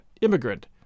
immigrant